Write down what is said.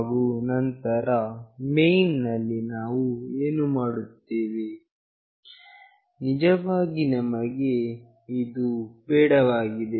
ಹಾಗು ನಂತರ ಮೈನ್ ನಲ್ಲಿ ನಾವು ಏನು ಮಾಡುತ್ತೇವೆ ನಿಜವಾಗಿ ನಮಗೆ ಇದು ಬೇಡವಾಗಿದೆ